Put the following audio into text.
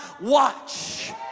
watch